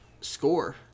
score